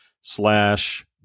slash